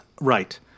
right